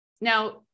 Now